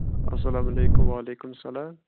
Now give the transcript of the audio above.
اَسلام علیکُم وعلیکُم سلام